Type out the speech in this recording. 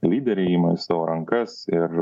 lyderiai ima į savo rankas ir